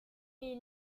est